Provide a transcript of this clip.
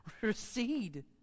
recede